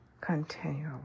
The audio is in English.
continually